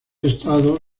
estado